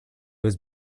was